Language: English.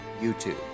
YouTube